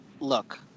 look